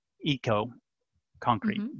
eco-concrete